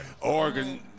Oregon